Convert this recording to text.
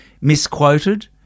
misquoted